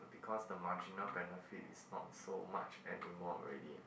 because the marginal benefit is not so much anymore already